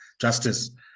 Justice